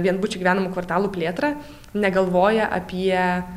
vienbučių gyvenamų kvartalų plėtrą negalvoja apie